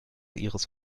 ihres